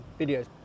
videos